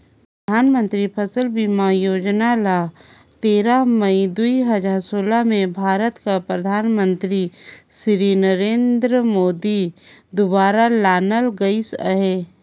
परधानमंतरी फसिल बीमा योजना ल तेरा मई दू हजार सोला में भारत कर परधानमंतरी सिरी नरेन्द मोदी दुवारा लानल गइस अहे